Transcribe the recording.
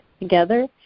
together